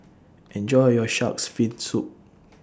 Enjoy your Shark's Fin Soup